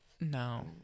no